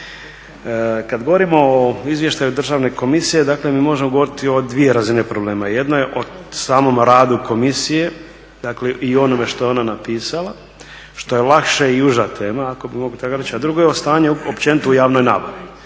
Kad govorimo o izvještaju državni komisije, dakle mi možemo govoriti o dvije razine problema, jedno je o samom radu komisije i onome što je ona napisala, što je lakša i uža tema ako bi mogli tako reći, a drugo je o stanju općenito u javnoj nabavi